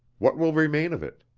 what will remain of it?